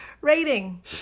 rating